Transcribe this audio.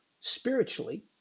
spiritually